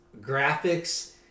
graphics